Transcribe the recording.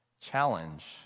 challenge